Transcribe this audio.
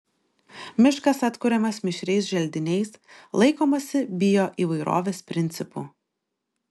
miškas atkuriamas mišriais želdiniais laikomasi bioįvairovės principų